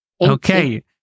Okay